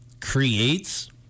creates